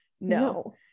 No